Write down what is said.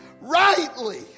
rightly